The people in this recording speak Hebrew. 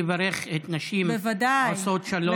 לברך את נשים עושות שלום,